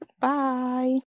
Bye